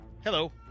Hello